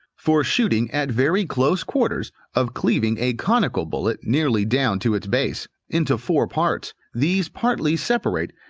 for shooting at very close quarters, of cleaving a conical bullet nearly down to its base, into four parts these partly separate,